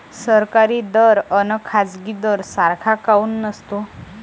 सरकारी दर अन खाजगी दर सारखा काऊन नसतो?